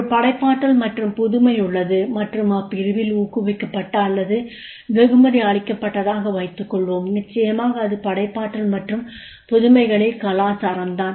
ஒரு படைப்பாற்றல் மற்றும் புதுமை உள்ளது மற்றும் அப்பிரிவில் ஊக்குவிக்கப்பட்ட அல்லது வெகுமதி அளிக்கப்பட்டதாக வைத்துக்கொள்வோம் நிச்சயமாக அது படைப்பாற்றல் மற்றும் புதுமைகளின் கலாச்சாரம் தான்